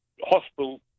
hospital